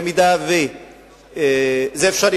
במידה שזה אפשרי,